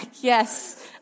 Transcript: yes